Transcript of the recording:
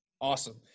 Awesome